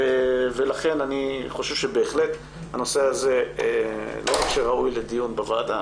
לכן אני חושב שבהחלט הנושא הזה לא רק שהוא ראוי לדיון בוועדה